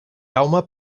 jaume